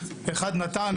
אחד נתן,